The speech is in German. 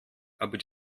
aber